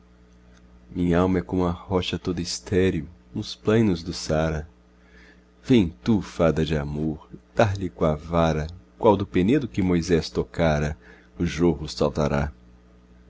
é como a rocha toda estéril nos plainos do ara em tu fada de amor dar-lhe coa vara qual do penedo que moisés tocara o jorro saltará